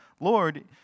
Lord